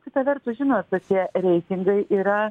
kita vertus žinot kad tie reitingai yra